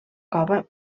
cova